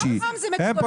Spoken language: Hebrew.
קו חם זה מתודולוגיה.